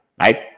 right